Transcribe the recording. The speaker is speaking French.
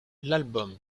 l’album